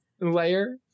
layer